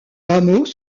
hameaux